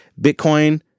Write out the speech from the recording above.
Bitcoin